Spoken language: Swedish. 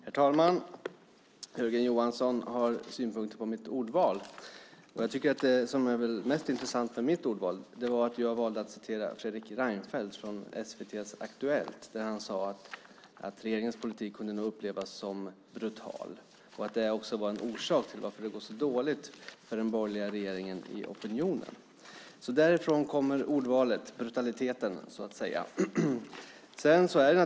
Herr talman! Jörgen Johansson har synpunkter på mitt ordval. Det mest intressanta med mitt ordval är att jag valde att citera Fredrik Reinfeldt som i SVT:s Aktuellt sade att regeringens politik nog kunde upplevas som brutal och att det var en anledning till att opinionssiffrorna var så dåliga för den borgerliga regeringen. Därifrån kommer ordvalet, brutaliteten, så att säga.